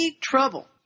trouble